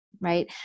right